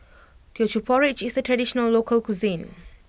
Teochew Porridge is a traditional local cuisine